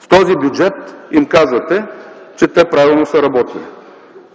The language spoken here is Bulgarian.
С този бюджет им казвате, че те са работили правилно.